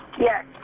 Yes